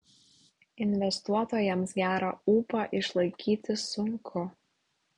investuotojams gerą ūpą išlaikyti sunku